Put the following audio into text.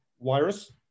virus